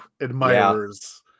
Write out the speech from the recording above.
admirers